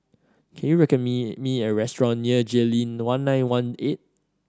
can you me me a restaurant near Jayleen One Nine One Eight